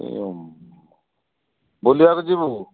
ବୁଲିବାକୁ ଯିବୁ